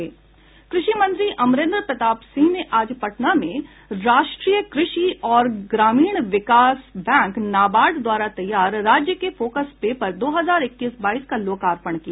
कृषि मंत्री अमरेंद्र प्रताप सिंह ने आज पटना में राष्ट्रीय कृषि और ग्रामीण विकास बैंक नाबार्ड द्वारा तैयार राज्य के फोकस पेपर दो हजार इक्कीस बाईस का लोकार्पण किया